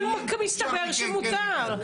אבל מסתבר שמותר.